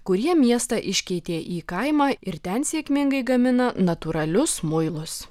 kurie miestą iškeitė į kaimą ir ten sėkmingai gamina natūralius muilus